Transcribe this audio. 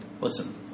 Listen